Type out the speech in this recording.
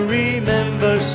remember